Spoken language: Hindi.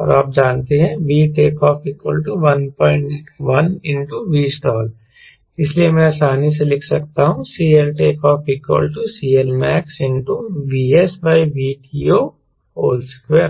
और आप जानते हैं VTO 11Vstall इसलिए मैं आसानी से लिख सकता हूं CLTO CLmax VSVTO212